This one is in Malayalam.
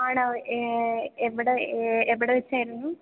ആണോ എ എവിടെ എവിടെ വെച്ചായിരുന്നു